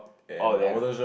oh damn